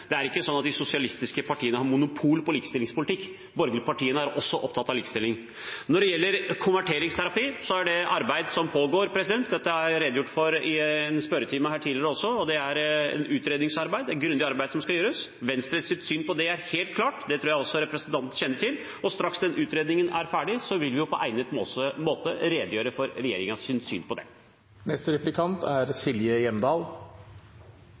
er også opptatt av likestilling. Når det gjelder konverteringsterapi, er det et arbeid som pågår. Dette har jeg redegjort for i en spørretime her tidligere også, og det er et grundig utredningsarbeid som skal gjøres. Venstres syn på det er helt klart, og det tror jeg også representanten kjenner til. Straks den utredningen er ferdig, vil vi på egnet måte redegjøre for regjeringens syn på det. Statsråden var innom mange viktige felt når det gjelder likestilling – flotte handlingsplaner osv. Jeg er